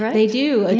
they do,